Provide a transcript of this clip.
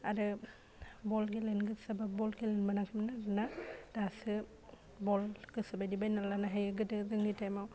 आरो बल गेलेनो गोसोबा बल गेलेनो मोनाखैमोन आरो ना दासो बल गोसो बायदि बायनानै लानो हायो गोदो जोंनि थाइमाव